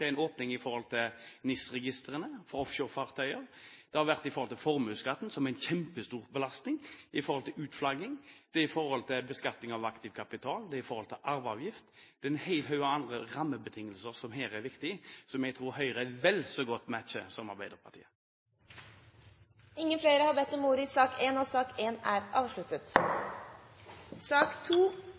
en åpning for NIS-registrene for offshorefartøyer, det har vært formuesskatten, som er en kjempestor belastning, det har vært utflagging, beskatning av aktiv kapital, arveavgift. Det er en hel haug andre rammebetingelser som her er viktige, og som jeg tror Høyre er vel så godt kjent med som Arbeiderpartiet. Flere har ikke bedt om ordet til sak nr. 1. Etter ønske fra næringskomiteen vil presidenten foreslå at taletiden begrenses til 40 minutter og